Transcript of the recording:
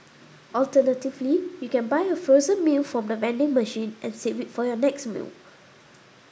alternatively you can buy a frozen meal from the vending machine and save it for your next meal